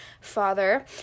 father